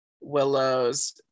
Willow's